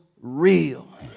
real